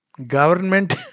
Government